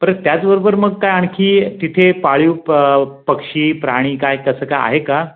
बरं त्याच बरोबर मग काय आणखी तिथे पाळीव प पक्षी प्राणी काय तसं काही आहे का